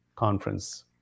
conference